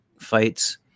fights